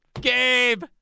Gabe